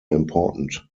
important